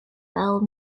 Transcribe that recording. bell